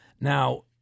Now